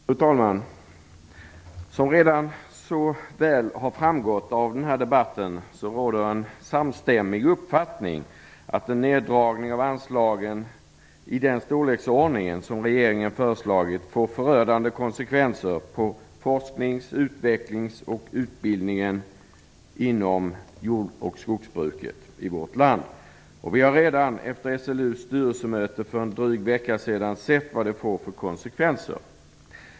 Fru talman! Som redan väl framgått av debatten råder det en samstämmig uppfattning om att en neddragning av anslagen i den storleksordning som regeringen föreslagit får förödande konsekvenser för forskningen, utvecklingen och utbildningen inom jord och skogsbruket i vårt land. Vi har redan efter SLU:s styrelsemöte för en dryg vecka sedan sett vad det får för konsekvenser.